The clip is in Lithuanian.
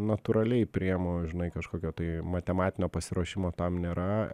natūraliai priimu žinai kažkokio tai matematinio pasiruošimo tam nėra